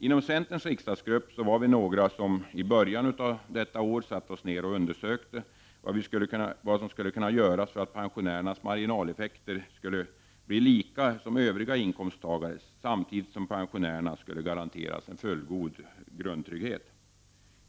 Inom centerns riksdagsgrupp var vi några som i början av detta år satte oss ner och undersökte vad som skulle kunna göras för att pensionärernas marginaleffekter skulle bli som övriga inkomsttagares samtidigt som pensionärerna skulle garanteras en fullgod grundtrygghet.